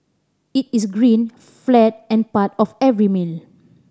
it is green flat and part of every meal